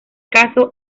caso